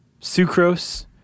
Sucrose